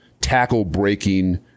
tackle-breaking